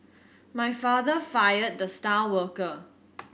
my father fired the star worker